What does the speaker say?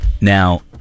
Now